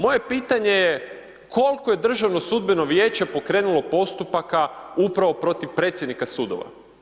Moje pitanje je koliko je Državno sudbeno vijeće pokrenulo postupaka upravo protiv predsjednika sudova?